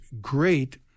great